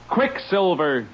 Quicksilver